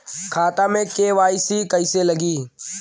खाता में के.वाइ.सी कइसे लगी?